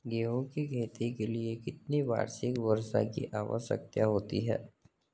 गेहूँ की खेती के लिए कितनी वार्षिक वर्षा की आवश्यकता होती है?